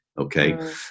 okay